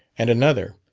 and another.